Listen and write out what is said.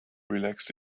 relaxed